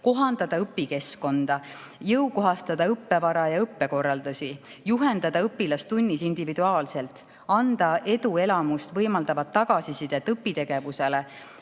kohandada õpikeskkonda, jõukohastada õppevara ja õppekorraldusi, juhendada õpilast tunnis individuaalselt, anda eduelamust võimaldavat tagasisidet õpitegevusele,